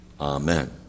Amen